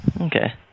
Okay